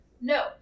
No